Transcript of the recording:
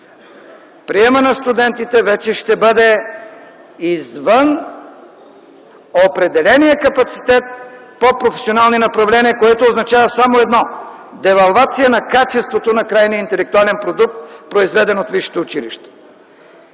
приемът на студентите вече ще бъде извън определения капацитет по професионални направления, което означава само едно – девалвация на качеството на крайния интелектуален продукт, произведен от висшето училище.